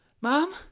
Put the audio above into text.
mom